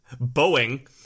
Boeing